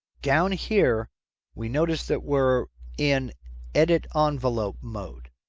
down here we notice that we're in edit um envelope mode.